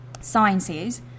sciences